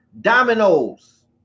dominoes